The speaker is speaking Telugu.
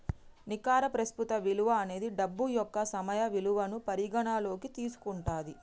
నికర ప్రస్తుత విలువ అనేది డబ్బు యొక్క సమయ విలువను పరిగణనలోకి తీసుకుంటది